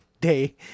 day